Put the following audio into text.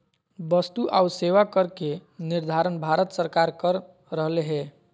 वस्तु आऊ सेवा कर के निर्धारण भारत सरकार कर रहले हें